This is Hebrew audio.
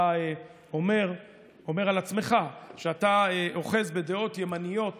אתה אומר על עצמך שאתה אוחז בדעות ימניות